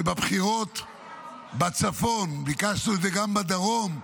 שבבחירות בצפון ביקשנו את זה גם בדרום,